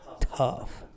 tough